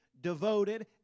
devoted